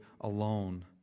alone